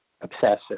obsessive